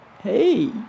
Hey